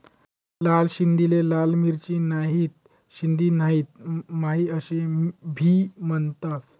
लाल सिंधीले लाल मिरची, नहीते सिंधी नहीते माही आशे भी म्हनतंस